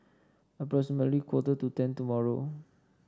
approximately quarter to ten tomorrow